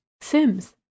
sims